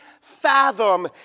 fathom